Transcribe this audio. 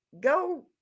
go